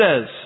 says